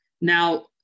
Now